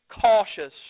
cautious